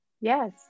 yes